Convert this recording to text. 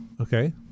Okay